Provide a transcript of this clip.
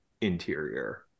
interior